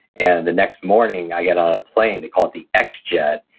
and the next morning, i get on a plane, they call it the x-jet,